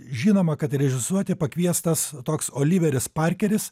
žinoma kad režisuoti pakviestas toks oliveris parkeris